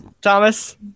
Thomas